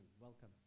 Welcome